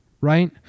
right